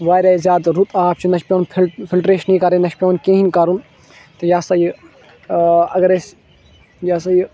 وارِیاہ زیادٕ رُت آب چھُ نہَ چھُ پیٚوان فِلٹَریشنٕے کَرٕنۍ نہَ چھُ پیٚوان کِہیٖنٛۍ کَرُن تہٕ یہِ ہسا یہِ اَگَر أسۍ یہِ ہسا یہِ